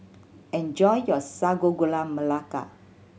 enjoy your Sago Gula Melaka